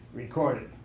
recorded,